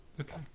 Okay